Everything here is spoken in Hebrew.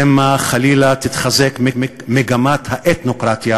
שמא חלילה תתחזק מגמת האתנוקרטיה,